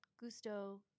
Gusto